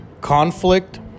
Conflict